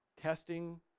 testing